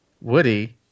Woody